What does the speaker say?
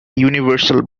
universal